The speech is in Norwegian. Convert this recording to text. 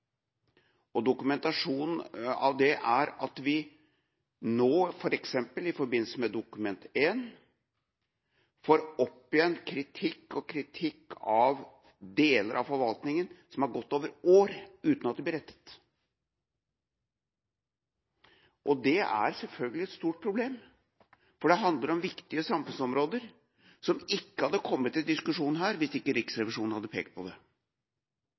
Dokumentasjonen av det er at vi nå f.eks. i forbindelse med Dokument 1 for 2013–2014 får opp igjen kritikk, og kritikk av deler av forvaltninga som har gått over år, uten at det har blitt rettet. Det er selvfølgelig et stort problem, for det handler om viktige samfunnsområder som ikke hadde kommet i diskusjonen her, hvis ikke Riksrevisjonen hadde pekt på det.